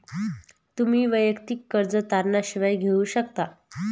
तुम्ही वैयक्तिक कर्ज तारणा शिवाय घेऊ शकता